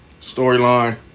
storyline